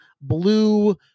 blue